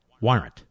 warrant